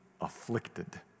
afflicted